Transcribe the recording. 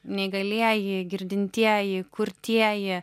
neįgalieji girdintieji kurtieji